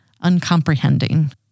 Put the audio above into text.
uncomprehending